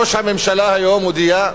ראש הממשלה היום הודיע,